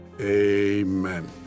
Amen